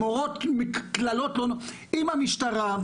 אם המשטרה,